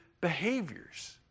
behaviors